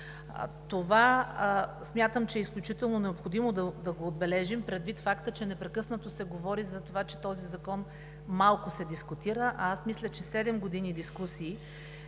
Това смятам, че е изключително необходимо да го отбележим предвид факта, че непрекъснато се говори за това, че този закон малко се дискутира, а аз мисля, че седем години дискусии